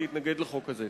להתנגד לחוק הזה.